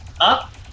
up